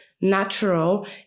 natural